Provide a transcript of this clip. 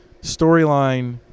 Storyline